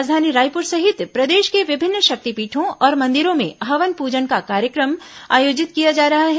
राजधानी रायपुर सहित प्रदेश के विभिन्न शक्तिपीठों और मंदिरों में हवन पूजन का कार्यक्रम आयोजित किया जा रहा है